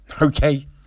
okay